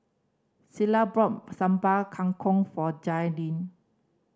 Clella bought Sambal Kangkong for Jailyn